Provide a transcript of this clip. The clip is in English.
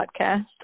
podcast